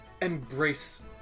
Embrace